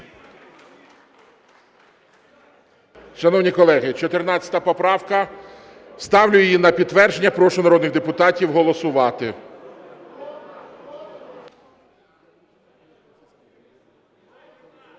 Шановні колеги, 14 поправка, ставлю її на підтвердження. Прошу народних депутатів голосувати.